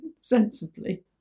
sensibly